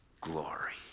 glory